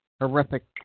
horrific